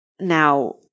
Now